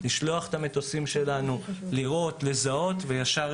כלומר, לשלוח את המטוסים שלנו לראות, לזהות וישר